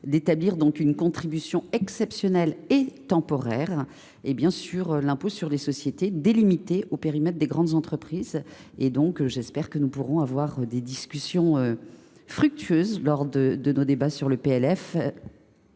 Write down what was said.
d’établir une contribution exceptionnelle et temporaire sur l’impôt sur les sociétés, limitée au périmètre des grandes entreprises. J’espère que nous aurons des discussions fructueuses lors de l’examen du projet